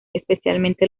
especialmente